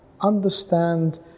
understand